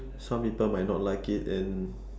some people might not like it and